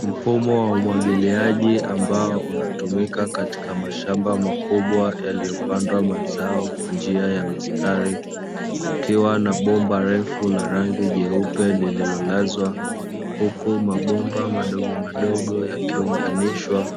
Mfumo wa umwagiliaji ambao unatumika katika mashamba makubwa yaliyopandwa mazao kwa njia ya mistari, kukiiwa na bomba refu la rangi jeupe lililolazwa huku mabomba madogomadogo yakiunganishwa,